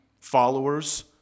followers